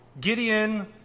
Gideon